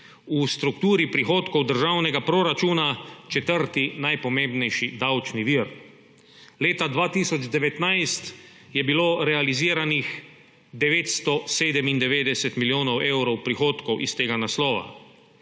v strukturi prihodkov državnega proračuna četrti najpomembnejši davčni vir. Leta 2019 je bilo realiziranih 997 milijonov evrov prihodkov iz tega naslova.